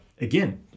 again